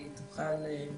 היא תוכל.